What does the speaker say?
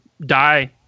die